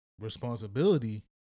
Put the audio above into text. responsibility